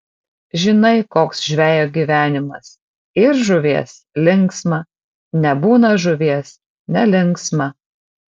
žinai koks žvejo gyvenimas yr žuvies linksma nebūna žuvies nelinksma